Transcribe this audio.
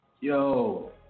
Yo